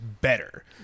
better